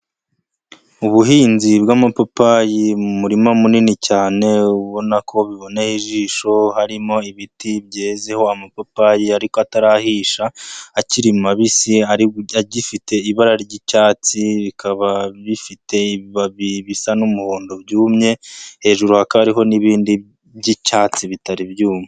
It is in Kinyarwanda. Ubuhinzi bw'amapapayi, mu murima munini cyane, ubona ko biboneye ijisho, harimo ibiti byezeho amapapayi ariko atarahisha, akiri mabisi, agifite ibara ry'icyatsi, bikaba bifite ibibabi bisa n'umuhondo byumye, hejuru hakaba hariho n'ibindi by'icyatsi, bitari byuma.